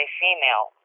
female